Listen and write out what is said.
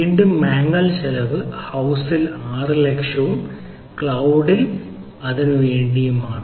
വീണ്ടും വാങ്ങൽ ചെലവ് ഹൌസ്ൽ 6 ലക്ഷവും ക്ലൌഡിന് വേണ്ടിയുമാണ്